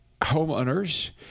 homeowners